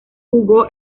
jugó